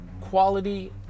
quality